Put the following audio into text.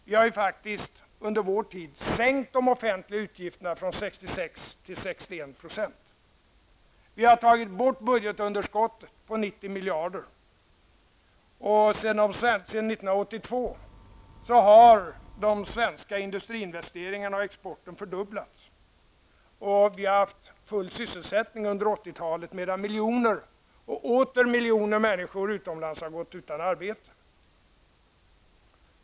Vi har faktiskt under vår tid sänkt de offentliga utgifterna från 66 % till 61 %. Vi har tagit bort budgetunderskottet på 90 miljarder. Sedan 1982 har de svenska industriinvesteringarna och exporten fördubblats. Vi har haft full sysselsättning under 80-talet, medan miljoner och åter miljoner människor utomlands har gått utan arbete.